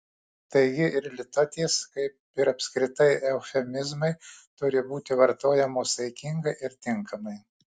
taigi ir litotės kaip ir apskritai eufemizmai turi būti vartojamos saikingai ir tinkamai